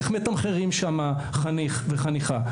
איך מתמחרים שם חניך וחניכה,